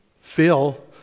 Phil